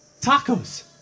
Tacos